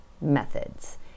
methods